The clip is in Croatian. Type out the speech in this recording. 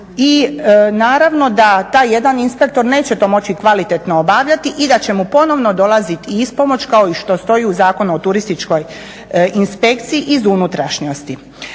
i naravno da taj jedan inspektor neće to moći kvalitetno obavljati i da će mu ponovno dolaziti i ispomoć kao i što stoji u Zakonu o turističkoj inspekciji iz unutrašnjosti.